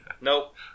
nope